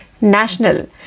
National